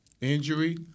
injury